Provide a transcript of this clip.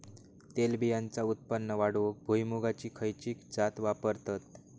तेलबियांचा उत्पन्न वाढवूक भुईमूगाची खयची जात वापरतत?